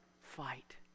fight